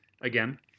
Again